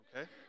okay